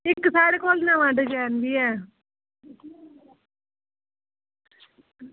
इक साढ़े कोल नमां डजैन बी ऐ